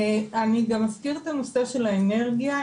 אני גם אזכיר את הנושא של האנרגיה,